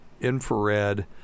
infrared